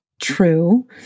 true